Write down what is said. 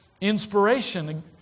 inspiration